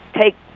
take